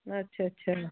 ਅੱਛਾ ਅੱਛਾ